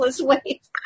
weight